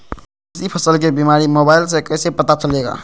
किसी फसल के बीमारी मोबाइल से कैसे पता चलेगा?